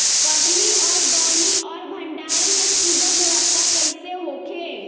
कटनी और दौनी और भंडारण के सुगम व्यवस्था कईसे होखे?